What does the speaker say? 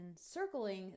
circling